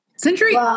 century